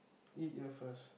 eat here first